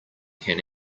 can